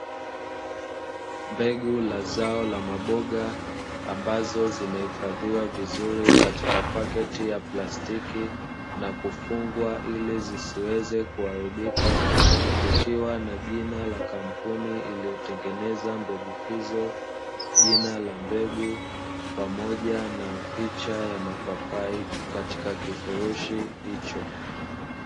Mbegu la zao la maboga ambazo zimehifadhiwa vizuri katika paketi ya plastiki na kufungwa ili zisiweze kuharibika. Kukiwa na jina la kampuni iliyotengeneza mbegu hizo, jina la mbegu pamoja na picha ya mapapai katika kifurushi hicho.